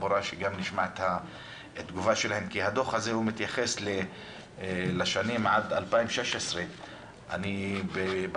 שגם נשמע את התגובה שלהם כי הדוח הזה מתייחס לשנים עד 2016. בסיכום,